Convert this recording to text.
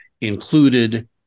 included